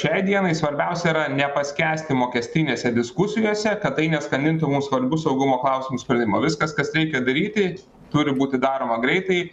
šiai dienai svarbiausia yra nepaskęsti mokestinėse diskusijose kad tai neskandintų mums svarbių saugumo klausimų sprendimo viskas kas reikia daryti turi būti daroma greitai